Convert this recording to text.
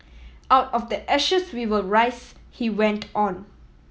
out of the ashes we will rise he went on